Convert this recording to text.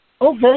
Okay